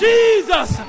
Jesus